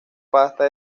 pasta